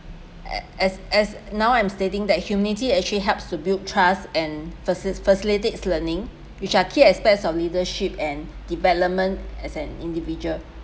as as now I'm stating that humility actually helps to build trust and facis~ facilitates learning which are key aspects of leadership and development as an individual